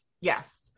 yes